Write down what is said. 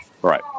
Right